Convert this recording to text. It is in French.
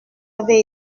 avait